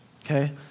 Okay